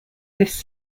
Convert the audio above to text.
this